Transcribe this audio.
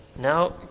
Now